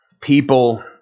people